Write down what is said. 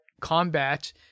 combat